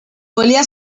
volia